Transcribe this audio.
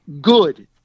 good